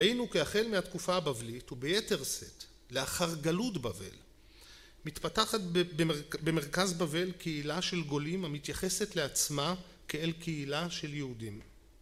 ראינו כי החל מהתקופה הבבלית, וביתר שאת לאחר גלות בבל, מתפתחת במרכז בבל קהילה של גולים המתייחסת לעצמה כאל קהילה של יהודים